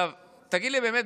תגיד לי באמת,